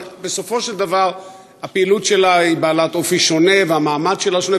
אבל בסופו של דבר הפעילות שלה היא בעלת אופי שונה והמעמד שלה שונה,